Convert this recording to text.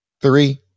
three